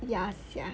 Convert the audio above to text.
ya sia